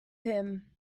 him